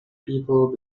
people